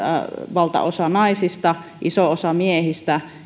valtaosalla naisista ja isolla osalla miehistä